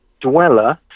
dweller